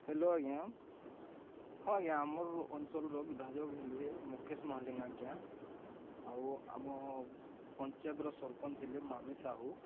hello ଆଜ୍ଞା ହଁ ଆଜ୍ଞା ଆମର୍ ଅଞ୍ଚଳର ବିଧାୟକ୍ ହେଲେ ମୁକେଶ୍ ମହାଲିଙ୍ଗ୍ ଆଜ୍ଞା ଆଉ ଆମ ପଞ୍ଚାୟତ୍ର ସରପଞ୍ଚ୍ ହେଲେ ମାମି ସାହୁ